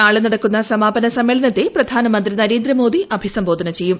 നാളെ നടക്കുന്ന സമാപന സമ്മേളനത്തെ പ്രധാനമന്ത്രി നരേന്ദ്രമോദി അഭിസംബോധുന ചെയ്യും